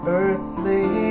earthly